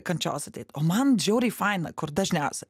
kančios ateina o man žiauriai faina kur dažniausiai